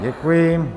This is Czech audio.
Děkuji.